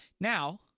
Now-